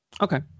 Okay